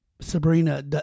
Sabrina